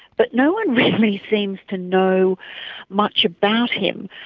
but no one really seems to know much about him.